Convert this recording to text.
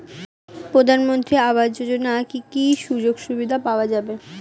প্রধানমন্ত্রী আবাস যোজনা কি কি সুযোগ সুবিধা পাওয়া যাবে?